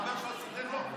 החבר שלך סידר לו,